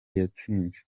yatsinze